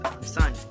son